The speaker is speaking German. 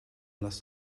lass